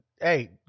Hey